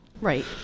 Right